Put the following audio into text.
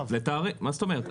מה זאת אומרת?